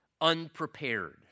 unprepared